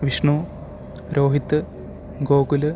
Vishnu Rohit Gokul